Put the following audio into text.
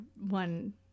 one